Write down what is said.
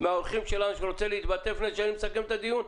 לפני הסיכום?